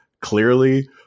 clearly